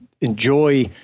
enjoy